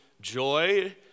joy